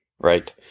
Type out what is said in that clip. Right